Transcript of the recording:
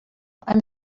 i’m